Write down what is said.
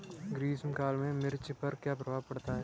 ग्रीष्म काल में मिर्च पर क्या प्रभाव पड़ता है?